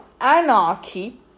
anarchy